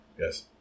Yes